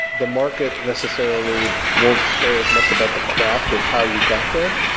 the market necessarily won't care as much about the craft of how you got there.